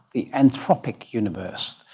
the anthropic universe.